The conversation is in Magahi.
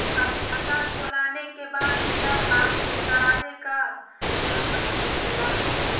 खाता खोल आने के बाद क्या बासी करावे का जरूरी हो खेला?